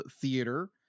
theater